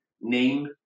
name